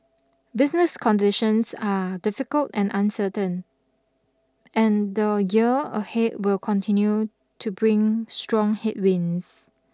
business conditions are difficult and uncertain and the year ahead will continue to bring strong headwinds